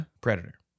Predator